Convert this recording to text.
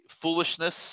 foolishness